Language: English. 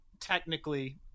Technically